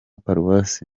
paruwasi